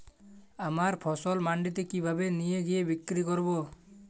আমার ফসল মান্ডিতে কিভাবে নিয়ে গিয়ে বিক্রি করব?